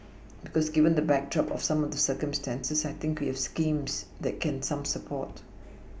because given the backdrop of some of the circumstances I think we have schemes that can some support